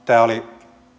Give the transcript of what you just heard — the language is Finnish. tämä oli